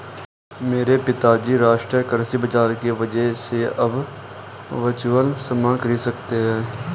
मेरे पिताजी राष्ट्रीय कृषि बाजार की वजह से अब वर्चुअल सामान खरीद सकते हैं